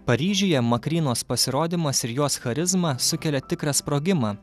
paryžiuje makrynos pasirodymas ir jos charizma sukelia tikrą sprogimą